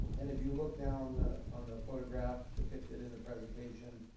and if you look now on the on the photograph depicted in the presentation,